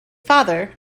father